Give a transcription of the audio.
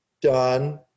done